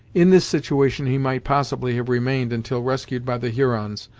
in this situation he might possibly have remained until rescued by the hurons,